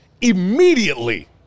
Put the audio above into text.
immediately